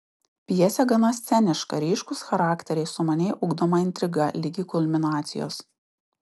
pjesė gana sceniška ryškūs charakteriai sumaniai ugdoma intriga ligi kulminacijos